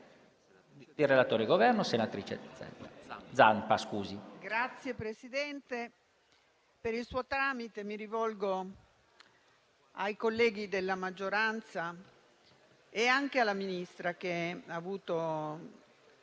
Signor Presidente, per il suo tramite mi rivolgo ai colleghi della maggioranza e anche alla Ministra, che ha avuto